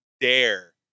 dare